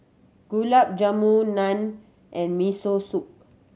Gulab Jamun Naan and Miso Soup